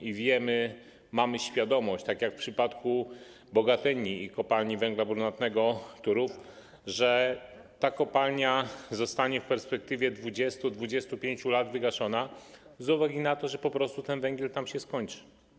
I wiemy, mamy świadomość, tak jak w przypadku Bogatyni i Kopalni Węgla Brunatnego Turów, że ta kopalnia zostanie w perspektywie 20, 25 lat wygaszona z uwagi na to, że po prostu ten węgiel tam się skończy.